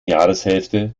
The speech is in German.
jahreshälfte